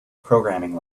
programming